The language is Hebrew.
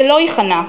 שלא ייכנע,